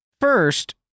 First